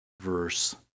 verse